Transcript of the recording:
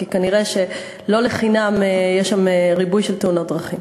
כי כנראה לא לחינם יש שם ריבוי של תאונות דרכים.